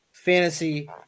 Fantasy